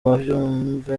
babyumve